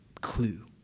clue